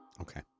Okay